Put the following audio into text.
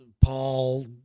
Paul